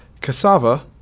cassava